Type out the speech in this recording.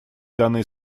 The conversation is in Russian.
данные